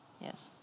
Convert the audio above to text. yes